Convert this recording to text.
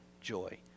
joy